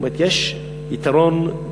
זאת אומרת, יש יתרון מדעי